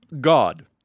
God